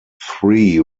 three